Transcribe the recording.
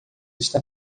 está